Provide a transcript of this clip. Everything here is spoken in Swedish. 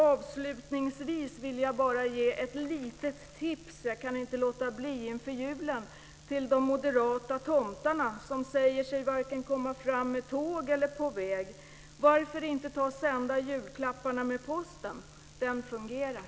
Avslutningsvis kan jag inte låta bli att ge ett litet tips inför julen till de moderata tomtar som säger sig inte komma fram med vare sig tåg eller på väg: Varför inte ta och sända julklapparna med posten? Den fungerar.